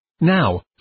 Now